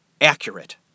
accurate